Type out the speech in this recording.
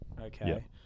Okay